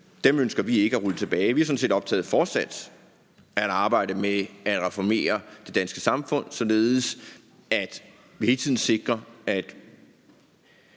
Dem ønsker vi ikke at rulle tilbage. Vi er sådan set optaget af fortsat at arbejde med at reformere det danske samfund, således at vi hele tiden sikrer, at